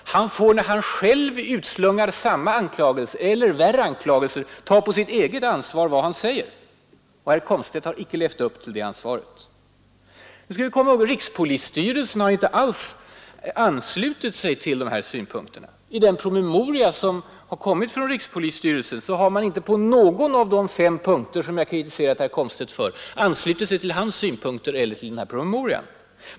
Han får, när han själv utslungar samma eller ännu värre anklagelser, ta på sitt eget ansvar vad han säger. Och herr Komstedt har inte levt upp till det ansvaret. Vi skall komma ihåg att rikspolisstyrelsen inte alls har anslutit sig till dessa synpunkter. I den promemoria som kommit från rikspolisstyrelsen har man inte på någon av de fem punkter, som jag kritiserade herr Komstedt för, anslutit sig till hans synpunkter eller till den åberopade promemorian.